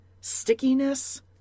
stickiness